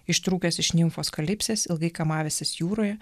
ištrūkęs iš nimfos kalipsės ilgai kamavęsis jūroje